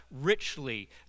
richly